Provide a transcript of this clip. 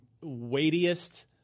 weightiest